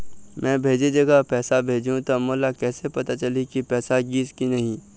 मैं भेजे जगह पैसा भेजहूं त मोला कैसे पता चलही की पैसा गिस कि नहीं?